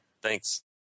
Thanks